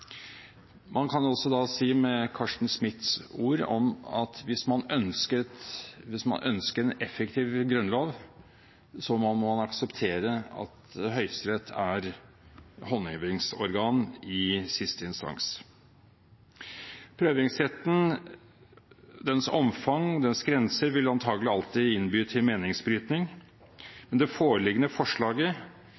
Man kan altså si – med Carsten Smiths ord – at hvis man ønsker en effektiv grunnlov, må man akseptere at Høyesterett er håndhevingsorgan i siste instans. Prøvingsretten – dens omfang og dens grenser – vil antagelig alltid innby til meningsbryting, men det foreliggende forslaget